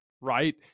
right